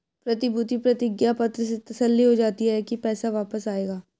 प्रतिभूति प्रतिज्ञा पत्र से तसल्ली हो जाती है की पैसा वापस आएगा